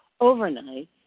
Overnight